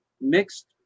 mixed